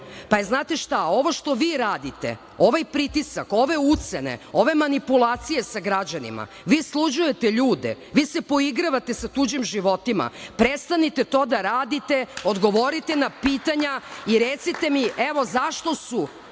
Srbije. Znate šta? Ovo što vi radite, ovaj pritisak, ove ucene, ove manipulacije sa građanima, vi sluđujete ljude, vi se poigravate sa tuđim životima, prestanite to da radite. Odgovorite na pitanja i recite mi zašto su